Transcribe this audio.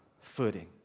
footing